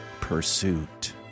pursuit